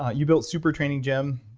ah you built super training gym,